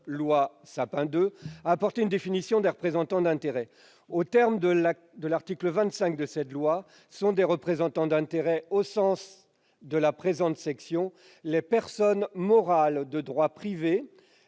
loi Sapin II, a apporté une définition des « représentants d'intérêts ». Aux termes de l'article 25 de cette loi, « sont des représentants d'intérêts, au sens de la présente section, les personnes morales de droit privé,